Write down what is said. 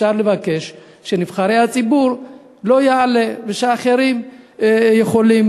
אפשר לבקש שלנבחרי הציבור לא יעלה ושאחרים יכולים,